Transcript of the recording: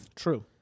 True